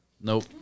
Nope